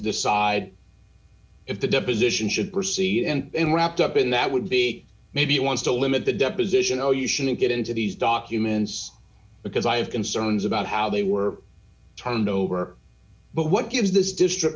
decide if the deposition should proceed and wrapped up in that would be maybe you want to limit the deposition or you shouldn't get into these documents because i have concerns about how they were turned over but what gives this district